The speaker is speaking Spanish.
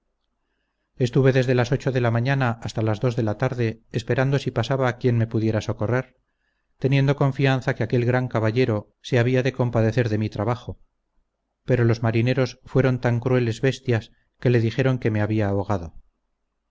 estuve desde las ocho de la mañana hasta las dos de la tarde esperando si pasaba quien me pudiera socorrer teniendo confianza que aquel gran caballero se había de compadecer de mi trabajo pero los marineros fueron tan crueles bestias que le dijeron que me había ahogado